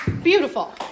Beautiful